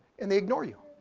and they ignore you,